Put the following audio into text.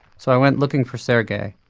so i went looking for sergey.